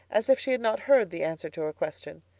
as if she had not heard the answer to her question.